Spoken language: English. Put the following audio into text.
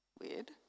Weird